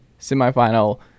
semifinal